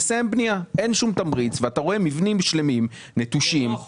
אתה רואה מבנים שלמים נטושים --- זה לא החוק.